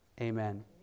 Amen